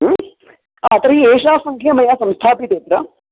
तर्हि एषा सङ्ख्या मया संस्थाप्यते अत्र